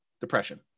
depression